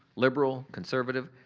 liberal, conservative,